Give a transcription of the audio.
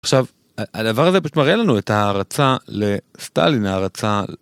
עכשיו הדבר הזה פשוט מראה לנו את ההערצה לסטלין ההערצה.